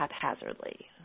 haphazardly